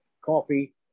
coffee